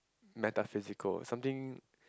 metaphysical something